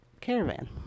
Caravan